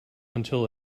until